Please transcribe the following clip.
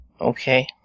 Okay